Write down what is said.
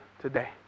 today